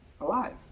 alive